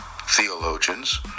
theologians